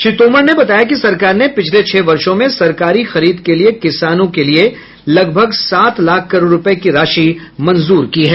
श्री तोमर ने बताया कि सरकार ने पिछले छह वर्षों में सरकारी खरीद के लिए किसानों के लिए लगभग सात लाख करोड़ रुपये की राशि मंजूर की है